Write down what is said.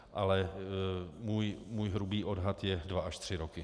Ale můj hrubý odhad je dva až tři roky.